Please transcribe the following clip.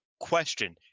question